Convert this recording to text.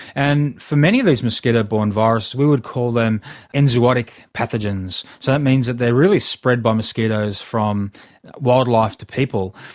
and for many of these mosquito borne viruses we would call them enzootic pathogens, so that means that they are really spread by mosquitoes from wildlife to people.